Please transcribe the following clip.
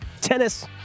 Tennis